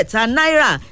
Naira